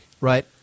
Right